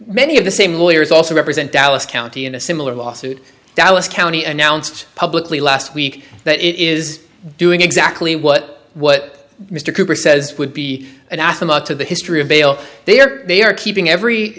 many of the same lawyers also represent dallas county in a similar lawsuit dallas county announced publicly last week that it is doing exactly what what mr cooper says would be anathema to the history of bail they are they are keeping every